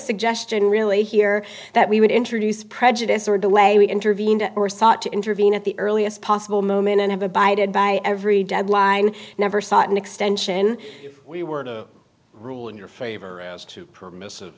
suggestion really here that we would introduce prejudice or the way we intervened or sought to intervene at the earliest possible moment and have abided by every deadline never sought an extension we were to rule in your favor as to permissive